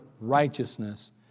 righteousness